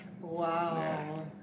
wow